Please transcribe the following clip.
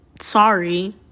sorry